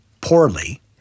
poorly